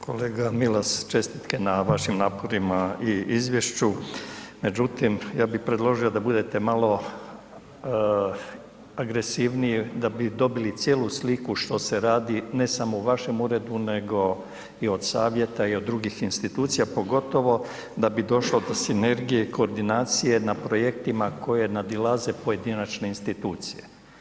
Kolega Milas čestitke na vašim naporima i izvješću, međutim ja bih predložio da budete malo agresivniji da bi dobili cijelu sliku što se radi, ne samo u vašem uredu nego i od savjeta i od drugih institucija, pogotovo da bi došlo do sinergije i koordinacije na projektima koje nadilaze pojedinačne institucije.